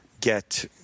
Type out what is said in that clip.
get